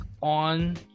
on